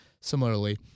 similarly